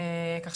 עכשיו,